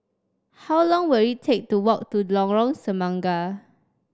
how long will it take to walk to Lorong Semangka